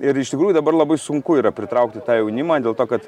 ir iš tikrųjų dabar labai sunku yra pritraukti tą jaunimą dėl to kad